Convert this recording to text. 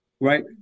right